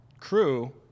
crew